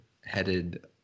headed